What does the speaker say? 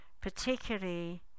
particularly